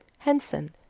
henson,